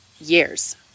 years